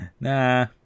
Nah